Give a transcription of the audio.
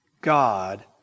God